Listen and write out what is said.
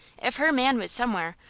if her man was somewhere,